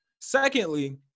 Secondly